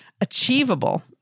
achievable